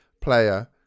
player